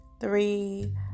three